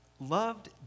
Loved